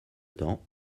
temps